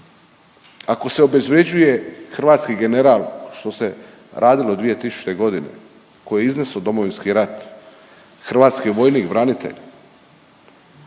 Ako se obezvrjeđuje hrvatski general, što se radilo 2000. g., koji je iznes'o Domovinski rat, hrvatski vojnik, branitelj,